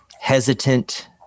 hesitant